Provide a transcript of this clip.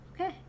Okay